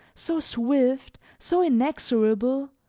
so swift, so inexorable,